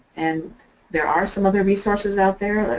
and there are some other resources out there,